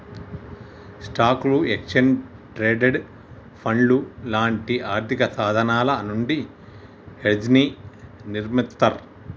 స్టాక్లు, exchange traded ఫండ్లు లాంటి ఆర్థికసాధనాల నుండి హెడ్జ్ని నిర్మిత్తర్